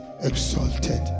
exalted